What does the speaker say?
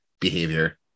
behavior